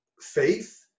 faith